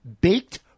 Baked